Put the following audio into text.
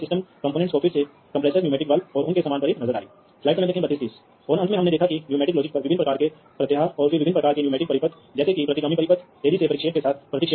किस डिवाइस से यह डेटा पैकेट आ रहा है और किस डिवाइस पर इसे सही जाना चाहिए